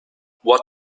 what